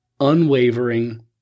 unwavering